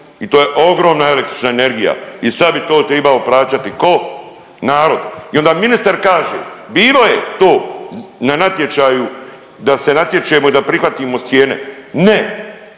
i to je ogromna električna energija i sad bi to tribao plaćati ko, narod i onda ministar kaže bilo je to na natječaju da se natječemo i da prihvatimo cijene. Ne,